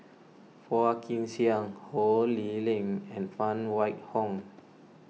Phua Kin Siang Ho Lee Ling and Phan Wait Hong